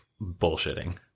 bullshitting